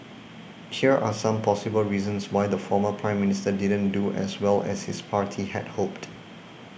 here are some possible reasons why the former Prime Minister didn't do as well as his party had hoped